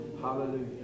Hallelujah